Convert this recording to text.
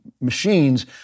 machines